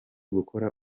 gukora